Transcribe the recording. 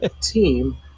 team